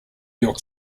york